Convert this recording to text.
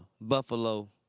Buffalo